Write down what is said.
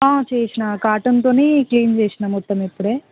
చేసినా కాటన్తోని క్లీన్ చేసినా మొత్తం ఇప్పుడే